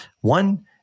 One